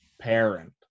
parent